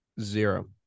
Zero